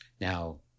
Now